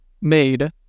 made